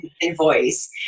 invoice